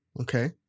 Okay